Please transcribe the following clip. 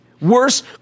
Worse